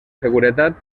seguretat